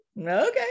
Okay